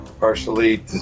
partially